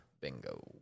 Bingo